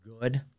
good